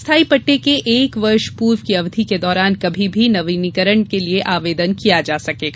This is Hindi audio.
स्थाई पट्टे के एक वर्ष पूर्व की अवधि के दौरान कभी भी नवीनीकरण के लिए आवेदन किया जा सकेगा